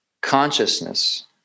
consciousness